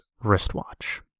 wristwatch